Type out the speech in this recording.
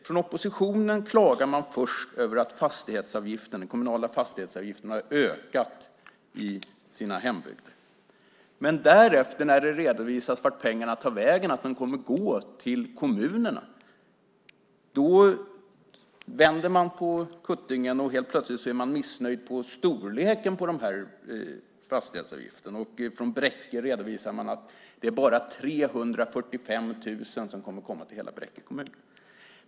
Från oppositionen klagar man först över att den kommunala fastighetsavgiften har ökat i deras hembygder. Men när det därefter redovisas vart pengarna tar vägen och att de kommer att gå till kommunerna vänder man på kuttingen och är helt plötsligt missnöjd med storleken på fastighetsavgiften. Från Bräcke redovisar man att det bara är 345 000 kronor som kommer att komma till hela Bräcke kommun.